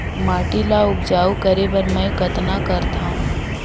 माटी ल उपजाऊ करे बर मै कतना करथव?